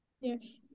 Yes